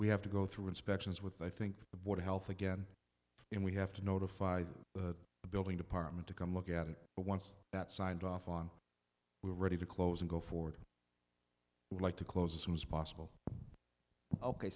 we have to go through inspections with i think the board of health again and we have to notify the building department to come look at it but once that signed off on we're ready to close and go forward would like to close as soon as possible ok